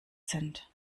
sind